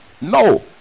No